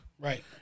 Right